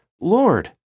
Lord